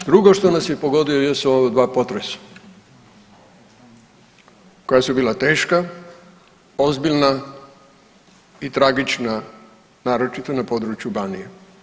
Drugo što nas je pogodilo jesu ova 2 potresa koja su bila teška, ozbiljna i tragična naročito na području Banije.